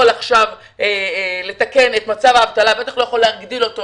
עכשיו לתקן את מצב האבטלה ובטח לא יכול להגדיל אותה,